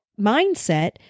mindset